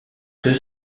que